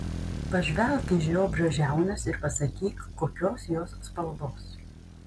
pažvelk į žiobrio žiaunas ir pasakyk kokios jos spalvos